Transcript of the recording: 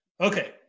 Okay